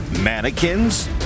Mannequins